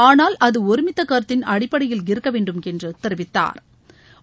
ஆனால் அது ஒருமித்த கருத்தின் அடிப்படையில் இருக்க வேண்டும் என்று தெரிவித்தாா்